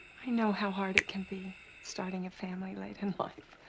i know how hard it can be, starting a family late in life.